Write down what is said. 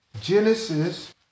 Genesis